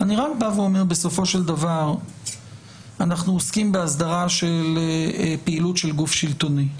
רק בסופו של דבר אנחנו עוסקים בהסדרה של פעילות של גוף שלטוני,